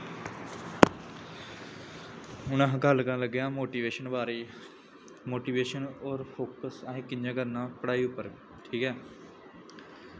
में गल्ल करन लग्गेआं मोटिवेशन दे बारे ई मोटिवेशन होर फोकस असें कि'यां करना पढ़ाई पर ठीक ऐ